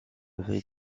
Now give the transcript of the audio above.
veille